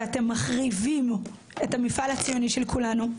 ואתם מחריבים את המפעל הציוני של כולנו.